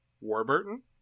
Warburton